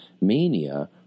mania